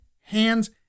hands